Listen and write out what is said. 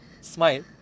Smile